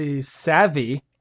savvy